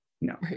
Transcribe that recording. No